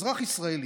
אזרח ישראלי,